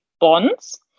bonds